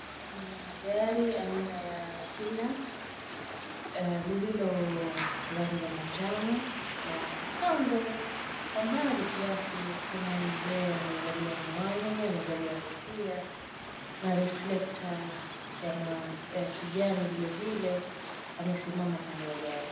Gari aina ya Hilux lilio rangi ya manjano na kwa kando kwa mbali kiasi kuna mzee amevalia miwani amevalia kofia na reflector ya kijani vile vile amesimama kando ya gari.